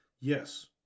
Yes